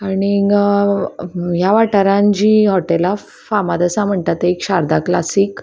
आनीक ह्या वाठारान जीं हॉटेलां फामाद आसा म्हणटा ते एक शारदा क्लासीक